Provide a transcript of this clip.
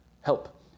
help